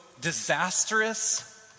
disastrous